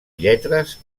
lletres